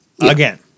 Again